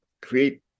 create